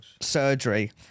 surgery